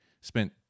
spent